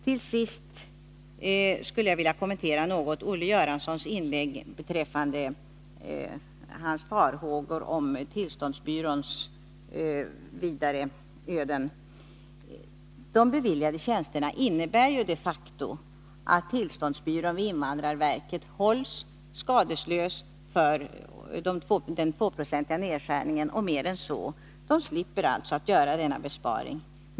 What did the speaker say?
Till sist vill jag något kommentera Olle Göranssons inlägg, i vilket han uttryckte farhågor för tillståndsbyråns vidare öden. De beviljade tjänsterna innebär de facto att tillståndsbyrån vid invandrarverket hålls skadeslös och mer än så för den 2-procentiga nedskärningen. Den slipper alltså göra denna besparing.